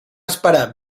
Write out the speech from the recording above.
esperar